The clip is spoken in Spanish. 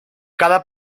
cada